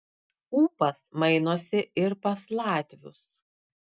ūpas mainosi ir pas latvius